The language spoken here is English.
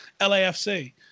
LAFC